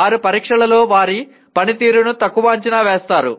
వారు పరీక్షలలో వారి పనితీరును తక్కువ అంచనా వేస్తారు